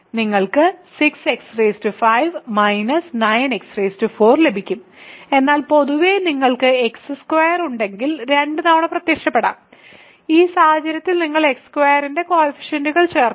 നിങ്ങൾക്ക് 6x5 9x4 ലഭിക്കും എന്നാൽ പൊതുവേ നിങ്ങൾക്ക് x2 ഉണ്ടെങ്കിൽ രണ്ടുതവണ പ്രത്യക്ഷപ്പെടാം ഈ സാഹചര്യത്തിൽ നിങ്ങൾ x2 ന്റെ കോയിഫിഷ്യന്റുകൾ ചേർക്കാം